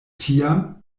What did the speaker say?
tiam